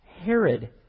Herod